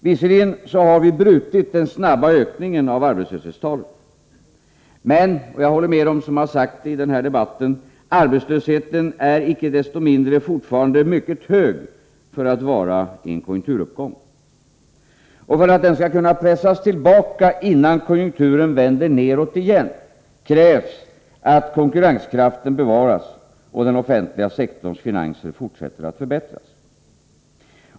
Visserligen har vi brutit den snabba ökningen av arbetslöshetstalen, men jag håller med dem som i denna debatt har sagt, att arbetslösheten icke desto mindre fortfarande är mycket hög med hänsyn till att vi fortfarande befinner oss i en konjunkturuppgång. För att den skall kunna pressas tillbaka innan konjunkturen vänder nedåt igen krävs att konkurrenskraften bevaras och den offentliga sektorns finanser fortsätter att förbättras.